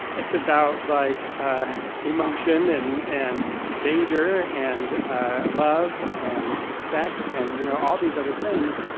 it's about like ah emotion and and danger and ah love and sex and, you know, all these other things,